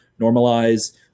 normalize